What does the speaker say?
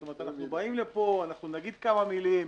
זאת אומרת, אנחנו באים לפה, אנחנו נגיד כמה מילים.